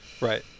right